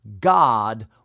God